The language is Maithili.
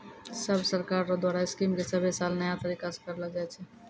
सब सरकार रो द्वारा स्कीम के सभे साल नया तरीकासे करलो जाए छै